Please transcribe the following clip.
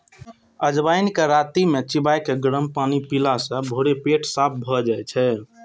अजवाइन कें राति मे चिबाके गरम पानि पीला सं भोरे पेट साफ भए जाइ छै